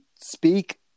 speak